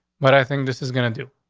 but i think this is gonna do.